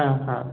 ହଁ ହଁ